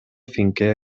finché